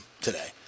today